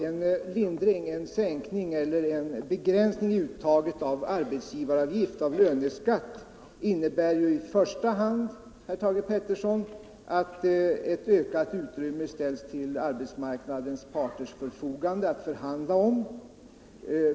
En lindring av löneskatten, alltså en sänkning eller en begränsning av uttaget av arbetsgivaravgift, innebär för det första, herr Peterson, att ökade resurser ställs till arbetsmarknadsparternas förfogande att förhandla om.